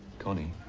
connie?